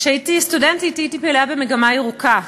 כשהייתי סטודנטית הייתי פעילה ב"מגמה ירוקה",